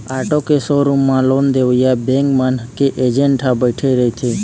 auto के showroom म loan देवइया बेंक मन के एजेंट ह बइठे रहिथे